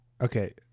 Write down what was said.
Okay